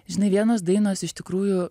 žinai vienos dainos iš tikrųjų